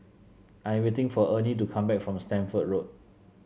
I am waiting for Ernie to come back from Stamford Road